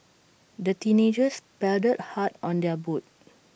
the teenagers paddled hard on their boat